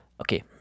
Okay